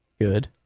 Good